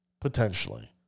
potentially